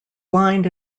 blind